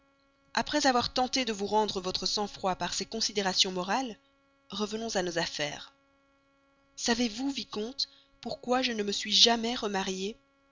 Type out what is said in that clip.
après avoir tenté de vous rendre votre sang-froid par ces considérations morales revenons à nos affaires savez-vous vicomte pourquoi je ne me suis jamais remariée